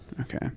okay